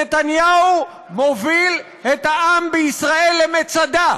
נתניהו מוביל את העם בישראל למצדה.